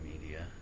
media